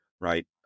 right